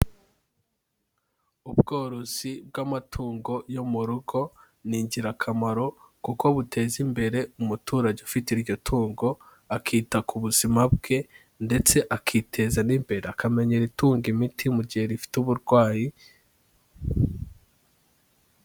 Ubworozi bw'amatungo yo mu rugo ni ingirakamaro, kuko buteza imbere umuturage ufite iryo tungo, akita ku buzima bwe ndetse akiteza n'imbere akamenyera itunga imiti mu gihe rifite uburwayi.